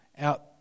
out